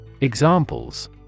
Examples